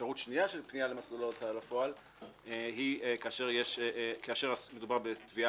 אפשרות שנייה של פנייה למסלול ההוצאה לפועל היא כאשר מדובר בתביעה